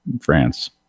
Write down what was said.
France